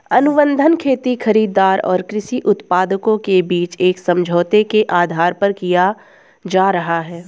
अनुबंध खेती खरीदार और कृषि उत्पादकों के बीच एक समझौते के आधार पर किया जा रहा है